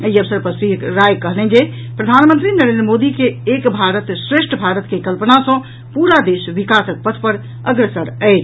एहि अवसर पर श्री राय कहलनि जे प्रधानमंत्री नरेन्द्र मोदी के एक भारत श्रेष्ठ भारत के कल्पना सॅ पूरा देश विकासक पथ पर अग्रसर अछि